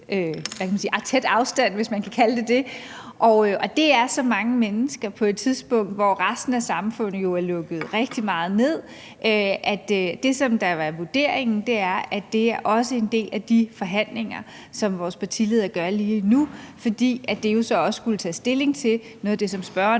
tæt afstand, hvis man kan kalde det det, og det er så mange mennesker på et tidspunkt, hvor resten af samfundet jo er lukket rigtig meget ned. Det, der har været vurderingen, er, at det også er en del af de forhandlinger, som vores partiledere er i gang med lige nu, hvor de jo så også skal tage stilling til noget af det, som spørgeren